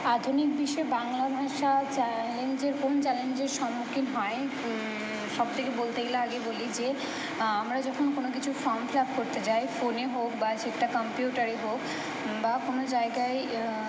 আধুনিক বিশ্বের বাংলা ভাষা চ্যালেঞ্জের কোন চ্যালেঞ্জের সম্মুখীন হয় সব থেকে বলতে গেলে আগে বলি যে আমরা যখন কোনো কিছু ফর্ম ফিল আপ করতে যাই ফোনে হোক বা সেটা কাম্পিউটারে হোক বা কোনো জায়গায়